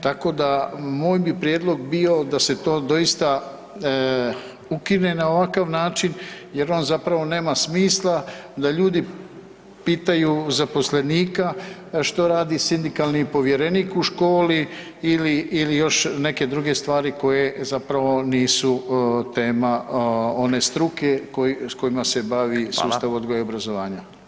Tako da moj bi prijedlog bio da se to doista ukine na ovakav način jer on zapravo nema smisla da ljudi pitaju zaposlenika što radi sindikalni povjerenik u školi ili još neke druge stvari koje zapravo nisu tema one struke s kojima se bavi sustav odgoja i obrazovanja.